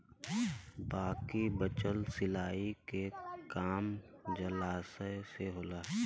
बाकी बचल सिंचाई के काम जलाशय से होला